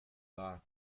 thought